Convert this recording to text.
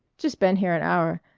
just been here an hour.